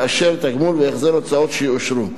לאשר את הגמול והחזר ההוצאות שיאושרו.